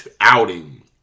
outing